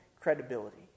credibility